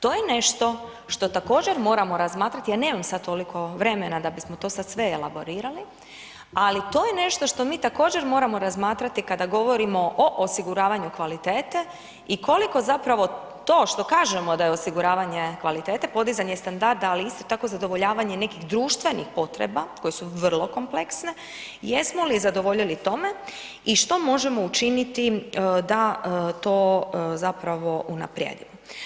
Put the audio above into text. To je nešto što također moramo razmatrati, ja nemam sad toliko vremena, da bismo to sada sve elaborirali, ali to je nešto što mi također moramo razmatrati, kada govorimo o osiguravanju kvalitete i koliko zapravo to što kažemo da je osiguravanje kvalitete, podizanje standarda, ali isto tako zadovoljavanje nekih društvenih potreba, koje su vrlo kompleksne, jesmo li zadovoljili tome i što možemo učiniti da to zapravo unaprijedi.